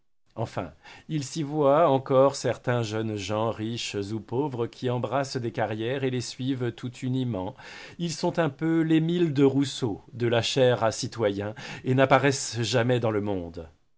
enfin il s'y voit encore certains jeunes gens riches ou pauvres qui embrassent des carrières et les suivent tout uniment ils sont un peu l'émile de rousseau de la chair à citoyen et n'apparaissent jamais dans le monde